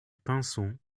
pinson